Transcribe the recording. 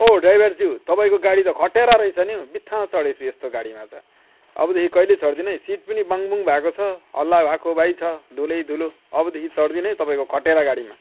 ओ driver ज्यू तपाईँको गाडी त खटेरा रहेछ नि हौ बित्थामा चढेछु यस्तो गाडीमा त अबदेखि कहिले चढ्दिनँ है सिट पनि बाङबुङ भएको छ हल्ला भएको भएकै छ धुलै धुलो अबदेखि चढ्दिन है तपाईँको खटेरा गाडीमा